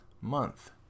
month